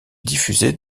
diffusé